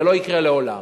זה לא יקרה לעולם.